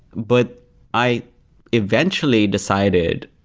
but i eventually decided,